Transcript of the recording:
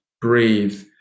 breathe